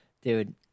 Dude